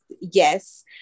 yes